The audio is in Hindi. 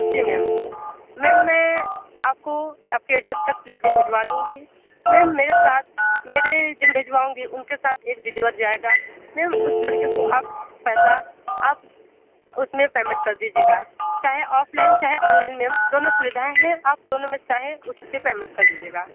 जी मैम मैम मैं आप को आप के एड्रेस तक लकड़ी भिजवा दूँगी मैम मेरे साथ मेरे जिन भेजवाऊँगी उनके साथ एक डिलीवर जाएगा मैम उस लड़के को आप पैसा आप उस में पेमेंट कर दीजिएगा चाहे ऑफलाइन चाहे ऑनलाइन मैम दोनों सुविधाएँ हैं आप दोनों में से चाहें उसी पर पेमेंट कर दीजिएगा